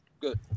Good